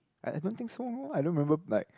I I don't think so how I don't remember like